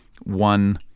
one